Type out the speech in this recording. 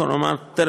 כבר אמרנו,